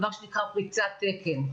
דבר שנקרא פריצת תקן.